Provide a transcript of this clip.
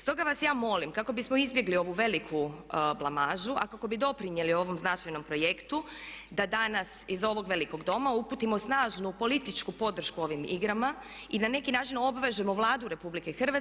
Stoga vas ja molim, kako bismo izbjegli ovu veliku blamažu a kako bi doprinijeli ovom značajnom projektu da danas iz ovog Velikog doma uputimo snažnu političku podršku ovim igrama i na neki način obvežemo Vladu RH